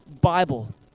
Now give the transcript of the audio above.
Bible